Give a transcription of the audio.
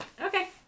Okay